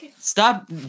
Stop